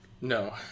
No